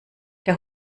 der